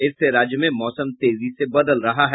इससे राज्य में मौसम तेजी से बदल रहा है